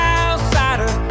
outsider